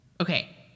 Okay